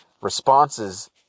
responses